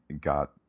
got